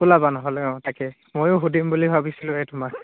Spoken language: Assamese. উলাব নহ'লে অঁ তাকে ময়ো সুধিম বুলি ভাবিছিলোঁ এই তোমাক